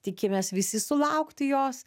tikimės visi sulaukti jos